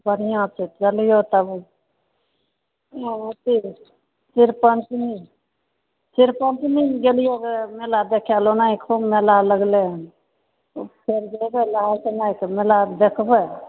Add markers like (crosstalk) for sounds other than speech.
बढ़िआँ छै चलियौ तब (unintelligible) ओतै सिरपञ्चमी सिरपञ्चमी दिन गेलियै मेला देखै लए ओनही खूब मेला लगलै हन ओतऽ जेबै नहाय सोनाय कऽ मेला देखबै